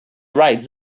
right